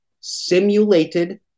simulated